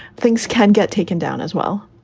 things can get taken down as well.